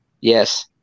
Yes